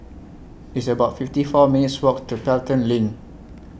It's about fifty four minutes' Walk to Pelton LINK